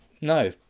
no